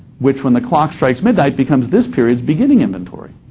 which when the clock strikes midnight becomes this period's beginning inventory.